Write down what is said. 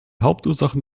hauptursachen